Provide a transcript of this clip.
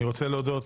אני רוצה להודות